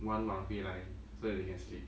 晚晚回来 so that they can sleep